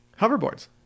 hoverboards